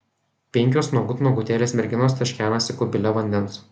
penkios nuogut nuogutėlės merginos teškenasi kubile vandens